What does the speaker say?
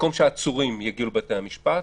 במקום שהעצורים יגיעו לבתי המשפט,